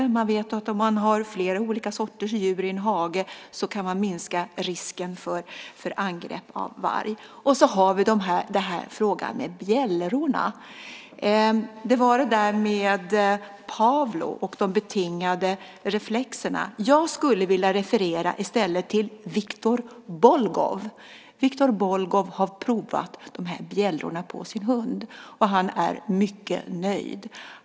Man vet ju att om man har flera olika sorters djur i en hage kan man minska risken för angrepp av varg. Så har vi frågan om bjällrorna. Tomas Högström talade om Pavlov och de betingade reflexerna. Jag skulle i stället vilja referera till Viktor Bolgov, som har provat bjällror på sin hund, och han är mycket nöjd.